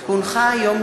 כי הונחה היום,